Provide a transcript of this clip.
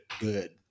good